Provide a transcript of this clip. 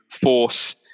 force